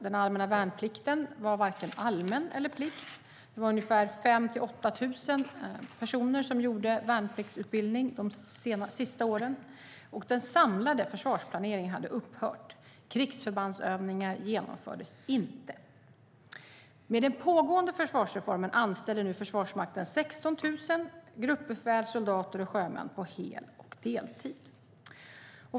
Den allmänna värnplikten var varken allmän eller en plikt - det var ungefär 5 000-8 000 personer som gjorde värnplikt de sista åren. Den samlade försvarsplaneringen hade upphört. Krigsförbandsövningar genomfördes inte. I och med den pågående försvarsreformen anställer Försvarsmakten 16 000 gruppbefäl, soldater och sjömän på hel och deltid.